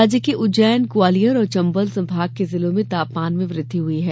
राज्य के उज्जैन ग्वालियर और चम्बल संभाग के जिलों में तापमान में वृद्धि हुई है